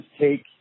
take